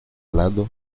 lado